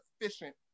efficient